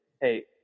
hey